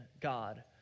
God